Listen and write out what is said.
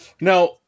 now